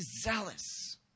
zealous